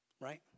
right